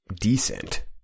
decent